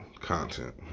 content